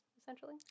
essentially